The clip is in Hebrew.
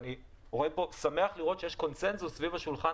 אני שמח לראות שיש קונצנזוס סביב השולחן